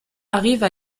arrive